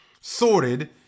sorted